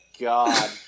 God